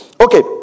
okay